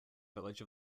village